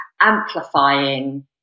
amplifying